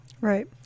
Right